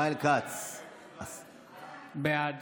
בעד